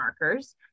markers